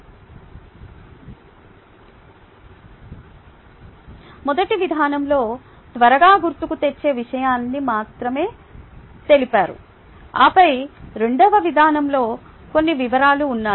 slide సమయాన్ని చూడండి 0102 మొదటి విధానంలో త్వరగా గుర్తుకు తెచ్చే విషయాన్ని మాత్రమే తెలిపారు ఆపై రెండవ విధానంలో కొన్ని వివరాలు ఉన్నాయి